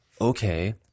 okay